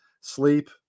sleep